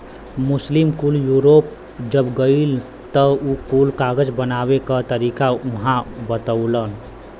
मुस्लिम कुल यूरोप जब गइलन त उ कुल कागज बनावे क तरीका उहाँ बतवलन